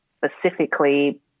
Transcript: specifically